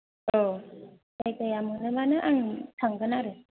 औ जायगाया मोनोबानो आं थांगोन आरो